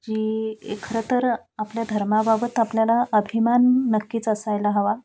जी एक तर आपल्या धर्माबाबत आपल्याला अभिमान नक्कीच असायला हवा